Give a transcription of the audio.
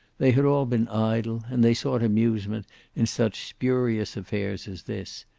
they had all been idle, and they sought amusement in such spurious affairs as this,